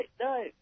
no